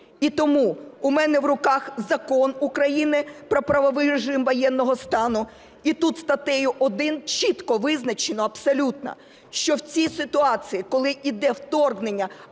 І тому у мене в руках Закон України "Про правовий режим воєнного стану", і тут статтею 1 чітко визначено абсолютно, що в цій ситуації, коли іде вторгнення